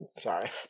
Sorry